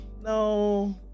no